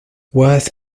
worth